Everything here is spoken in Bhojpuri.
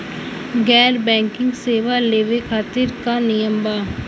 गैर बैंकिंग सेवा लेवे खातिर का नियम बा?